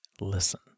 listen